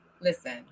listen